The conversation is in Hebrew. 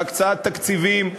בהקצאת תקציבים,